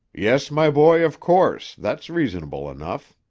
yes, my boy, of course, that's reasonable enough.